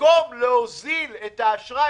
במקום להוזיל את האשראי